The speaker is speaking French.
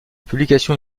publication